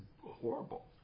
horrible